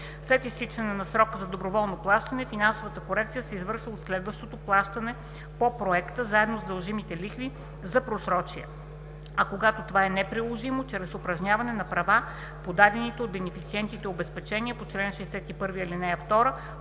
След изтичане на срока за доброволно плащане финансовата корекция се извършва от следващо плащане по проекта заедно с дължимите лихви за просрочие, а когато това е неприложимо – чрез упражняване на права по дадените от бенефициента обезпечения по чл. 61, ал. 2,